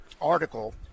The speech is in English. article